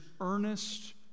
earnest